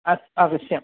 अस् अवश्यं